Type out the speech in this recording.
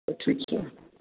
तऽ ठीक छै